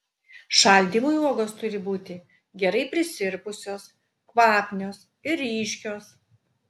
šaldymui uogos turi būti gerai prisirpusios kvapnios ir ryškios